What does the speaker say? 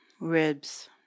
ribs